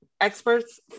experts